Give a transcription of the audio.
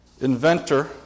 inventor